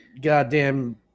goddamn